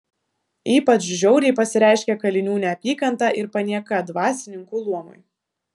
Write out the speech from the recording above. ypač žiauriai pasireiškė kalinių neapykanta ir panieka dvasininkų luomui